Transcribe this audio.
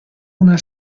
una